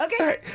Okay